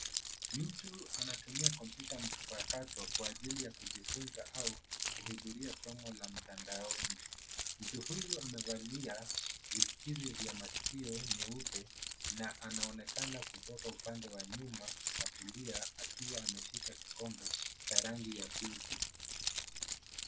Mtu anatumia kompyuta mpakato kwa ajili ya kujifunza au kuhudhuria somo la mtandaoni. Mtu huyu amevalia visikizi vya masikio nyeupe na anaonekana kutoka upande wa nyuma wa kulia akiwa ameshika kikombe cha rangi ya pinki.